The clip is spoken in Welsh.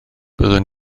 byddwn